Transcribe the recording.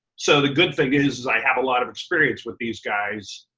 so the good thing is is i have a lot of experience with these guys,